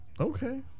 okay